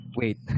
wait